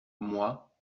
moi